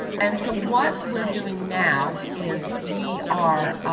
and so what we're doing now is we are,